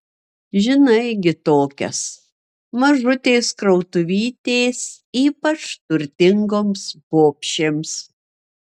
žinai gi tokias mažutės krautuvytės ypač turtingoms bobšėms